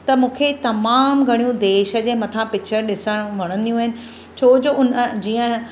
त मूंखे तमामु घणियूं देश जे मथां पिचर ॾिसणु वणंदियूं आहिनि छो जो उन जीअं